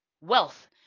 wealth